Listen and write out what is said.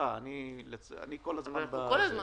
--- אבל אנחנו כל הזמן בשיחה.